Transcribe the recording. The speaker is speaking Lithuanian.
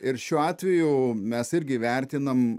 ir šiuo atveju mes irgi vertinam